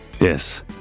Yes